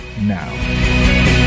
now